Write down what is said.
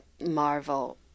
Marvel